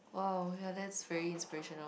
!wow! ya that's very inspirational